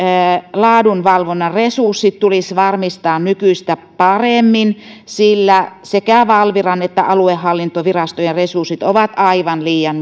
laadunvalvonnan resurssit tulisi varmistaa nykyistä paremmin sillä sekä valviran että aluehallintovirastojen resurssit ovat aivan liian